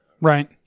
Right